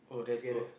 together